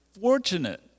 fortunate